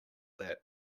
that